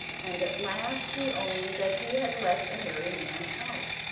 and at last he owned that he had let the hairy man out.